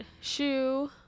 shoe